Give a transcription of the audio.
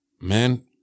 man